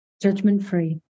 Judgment-free